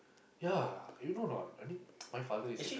ya you know or not I mean my father is a